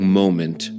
moment